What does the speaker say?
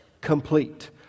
complete